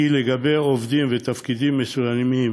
כי עובדים בתפקידים מסוימים